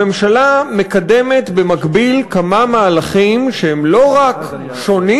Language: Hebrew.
הממשלה מקדמת במקביל כמה מהלכים שהם לא רק שונים